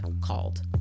called